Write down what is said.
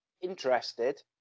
interested